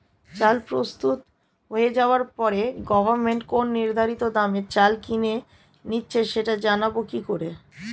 চাল প্রস্তুত হয়ে যাবার পরে গভমেন্ট কোন নির্ধারিত দামে চাল কিনে নিচ্ছে সেটা জানবো কি করে?